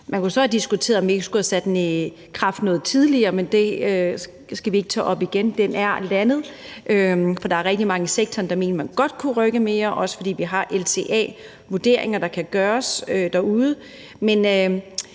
Man kunne så have diskuteret, om vi ikke skulle have sat den i kraft noget tidligere, men det skal vi ikke tage op igen. Den er landet. Der er rigtig mange i sektoren, der mener, man godt kunne rykke mere, også fordi vi har LCA-vurderinger af, hvad der kan gøres derude,